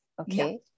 okay